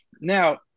Now